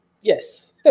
Yes